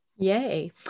Yay